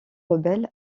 rebelle